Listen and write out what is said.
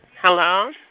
Hello